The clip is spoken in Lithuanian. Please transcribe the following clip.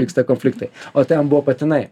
vyksta konfliktai o ten buvo patinai